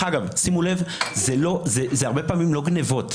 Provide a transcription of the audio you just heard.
דרך אגב, שימו לב, זה הרבה פעמים לא גניבות.